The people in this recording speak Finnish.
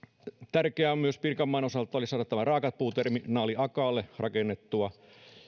tärkeää pirkanmaan osalta olisi myös saada tämä raakapuuterminaali akaalle rakennettua